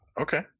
Okay